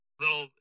little